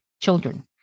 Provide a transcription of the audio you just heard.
children